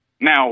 Now